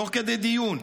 תוך כדי דיון.